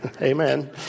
Amen